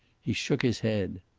he shook his head.